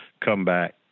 comeback